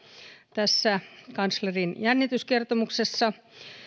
tässä kanslerin jännityskertomuksessa